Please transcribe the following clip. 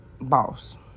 boss